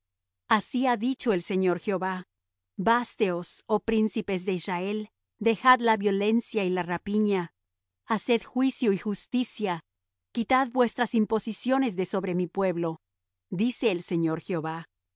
así ha dicho el señor jehová básteos oh príncipes de israel dejad la violencia y la rapiña haced juicio y justicia quitad vuestras imposiciones de sobre mi pueblo dice el señor jehová